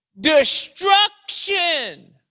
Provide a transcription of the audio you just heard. destruction